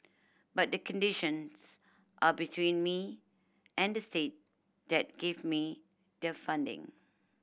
but the conditions are between me and the state that give me the funding